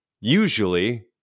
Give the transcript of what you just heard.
usually